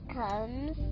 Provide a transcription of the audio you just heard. comes